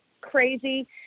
crazy